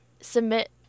submit